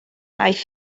aeth